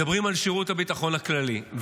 מדברים על שירות הביטחון הכללי.